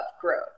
growth